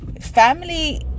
family